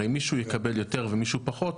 הרי, מישהו יקבל יותר ומישהו פחות,